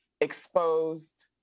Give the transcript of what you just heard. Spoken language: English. exposed